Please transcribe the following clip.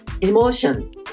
emotion